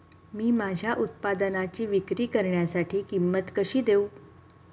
मी माझ्या उत्पादनाची विक्री करण्यासाठी किंमत कशी देऊ?